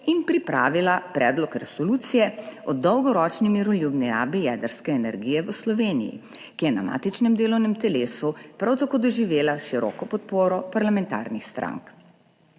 in pripravila Predlog resolucije o dolgoročni miroljubni rabi jedrske energije v Sloveniji, ki je na matičnem delovnem telesu prav tako doživela široko podporo parlamentarnih strank.